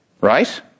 right